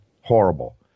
Horrible